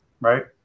right